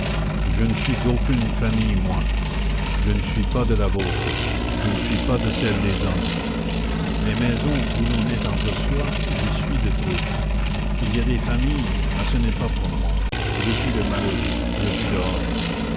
je ne suis d'aucune famille moi je ne suis pas de la vôtre je ne suis pas de celle des hommes les maisons où l'on est entre soi j'y suis de trop il y a des familles mais ce n'est pas pour moi je suis le malheureux je suis dehors